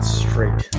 straight